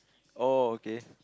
oh okay